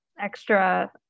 extra